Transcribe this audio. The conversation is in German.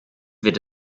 wird